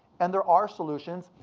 and there are solutions.